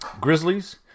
Grizzlies